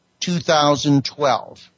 2012